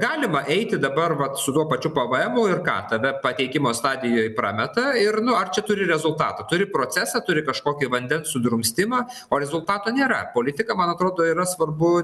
galima eiti dabar vat su tuo pačiu pvemu ir ką tame pateikimo stadijoj prameta ir nu ar čia turi rezultatą turi procesą turi kažkokį vandens sudrumstimą o rezultato nėra politika man atrodo yra svarbu